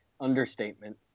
understatement